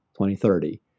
2030